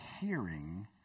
hearing